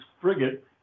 frigate